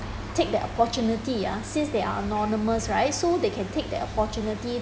take the opportunity ah since that they are anonymous right so they can take the opportunity